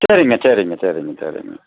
சரிங்க சரிங்க சரிங்க சரிங்க